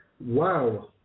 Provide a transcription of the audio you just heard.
wow